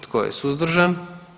Tko je suzdržan?